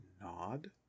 nod